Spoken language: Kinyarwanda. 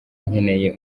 nkeneye